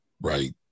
right